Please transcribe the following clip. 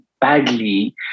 badly